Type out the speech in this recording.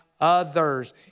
others